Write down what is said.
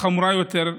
בעיה חמורה יותר,